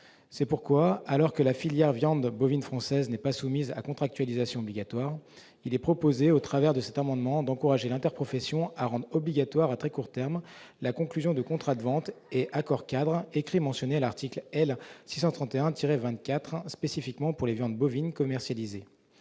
C'est pourquoi, alors que la filière viande bovine française n'est pas soumise à contractualisation obligatoire, les auteurs de cet amendement proposent d'encourager l'interprofession à rendre obligatoire à très court terme la conclusion de contrats de vente et accords-cadres écrits mentionnés à l'article L. 631-24 du code rural et de la pêche maritime spécifiquement pour les viandes bovines commercialisées